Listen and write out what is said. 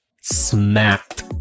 smacked